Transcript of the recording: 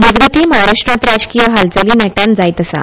मजगतीं महाराष्ट्रांत राजकीय हालचाली नेटान जायत आसा